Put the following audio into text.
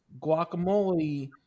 guacamole